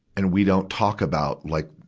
and we don't talk about like,